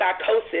psychosis